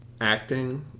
acting